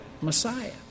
Messiah